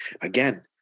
Again